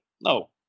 no